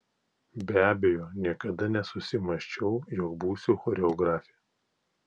be abejo niekada nesusimąsčiau jog būsiu choreografė